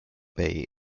bay